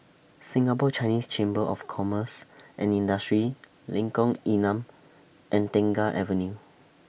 Singapore Chinese Chamber of Commerce and Industry Lengkong Enam and Tengah Avenue